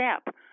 step